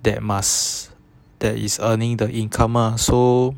that must that is earning the income ah so